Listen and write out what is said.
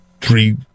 three